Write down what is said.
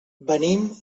venim